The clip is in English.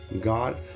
God